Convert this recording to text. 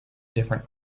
different